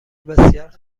بسیار